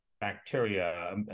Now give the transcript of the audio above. bacteria